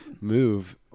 move